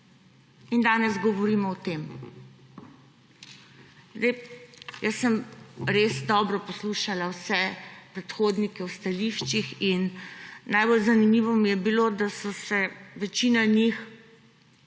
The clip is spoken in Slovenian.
In danes govorimo o tem. Res dobro sem poslušala vse predhodnike v stališčih in najbolj zanimivo je bilo, da so se večina njih